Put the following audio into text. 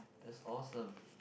that's awesome